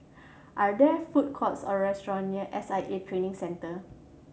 are there food courts or restaurants near S I A Training Centre